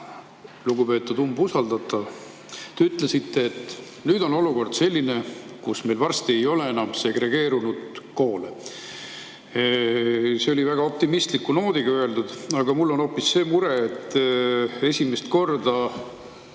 lugupeetud umbusaldatav! Te ütlesite, et nüüd on olukord selline, kus meil varsti ei ole enam segregeerunud koole. See oli väga optimistliku noodiga öeldud. Mul on aga see mure, et esimest korda